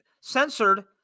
censored